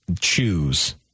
choose